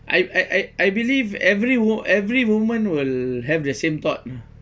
I I I I believe every wo~ every woman will have the same thought uh